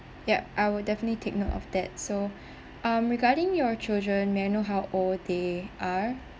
yup I will definitely take note of that so um regarding your children may I know how old they are